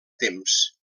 temps